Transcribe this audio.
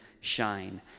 shine